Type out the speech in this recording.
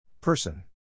Person